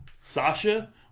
Sasha